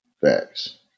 Facts